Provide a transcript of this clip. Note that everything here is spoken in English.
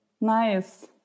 nice